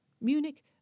Munich